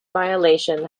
violation